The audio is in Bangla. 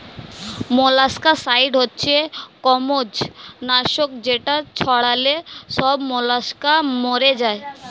মোলাস্কাসাইড হচ্ছে কম্বোজ নাশক যেটা ছড়ালে সব মোলাস্কা মরে যায়